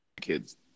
kids